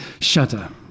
shudder